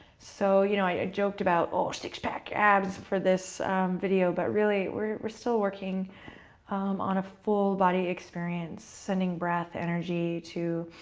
so you know i joked about oh, six pack abs for this video, but really we're still working on a full body experience, sending breath, energy to